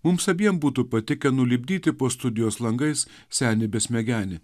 mums abiem būtų patikę nulipdyti po studijos langais senį besmegenį